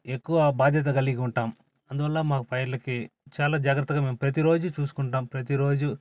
ఎక్కువ బాధ్యత కలిగి ఉంటాం అందువల్ల మా పైర్లకి చాలా జాగ్రత్తగా మేము ప్రతీ రోజు చూసుకంటాం ప్రతీ రోజు